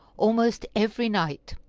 almost every night,